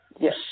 Yes